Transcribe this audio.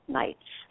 night's